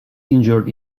injured